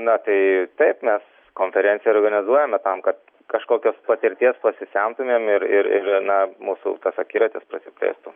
na tai taip mes konferenciją organizuojame tam kad kažkokios patirties pasisemtumėm ir ir ir na mūsų tas akiratis prasiplėstų